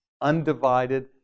undivided